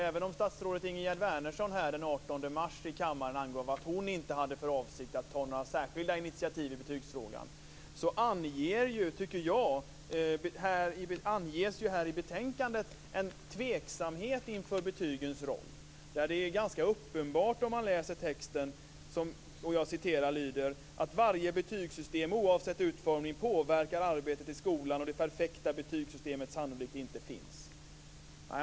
Även om statsrådet Ingegerd Wärnersson den 18 mars här i kammaren angav att hon inte hade för avsikt att ta några särskilda initiativ i betygsfrågan tycker jag att det i betänkandet uttrycks en tveksamhet inför betygens roll. Det är ganska uppenbart om man läser texten: "att varje betygssystem, oavsett utformning, påverkar arbetet i skolan och att det perfekta betygssystemet sannolikt inte finns".